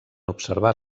observar